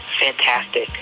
Fantastic